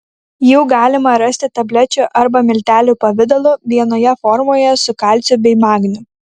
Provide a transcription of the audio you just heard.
jų galima rasti tablečių arba miltelių pavidalu vienoje formoje su kalciu bei magniu